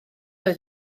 oedd